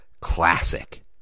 classic